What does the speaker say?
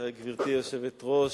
גברתי היושבת-ראש,